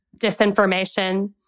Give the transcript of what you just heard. disinformation